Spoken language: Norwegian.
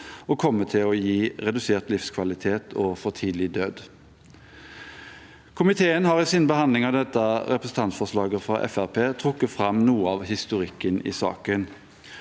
og kommer til å gi redusert livskvalitet og for tidlig død. Komiteen har i sin behandling av dette representantforslaget fra Fremskrittspartiet trukket fram noe av historikken i saken.